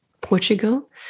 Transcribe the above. portugal